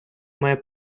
має